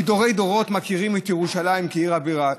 שמדורי-דורות מכירים את ירושלים כעיר הבירה,